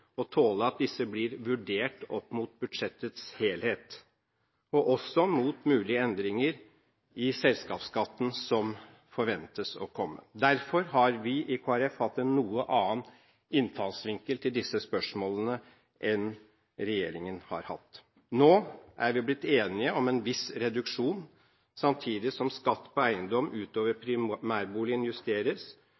og tåle at disse blir vurdert opp mot budsjettets helhet og også mot mulige endringer i selskapsskatten som forventes å komme. Derfor har vi i Kristelig Folkeparti hatt en noe annen innfallsvinkel til disse spørsmålene enn regjeringen har hatt. Nå er vi blitt enige om en viss reduksjon, samtidig som skatt på eiendom utover